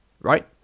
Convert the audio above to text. right